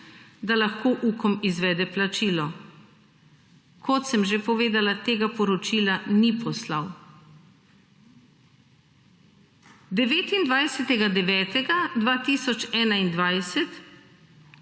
da lahko Ukom izvede plačilo. Kot sem že povedala, tega poročila ni poslal. 29.